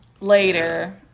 later